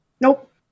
Nope